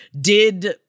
did-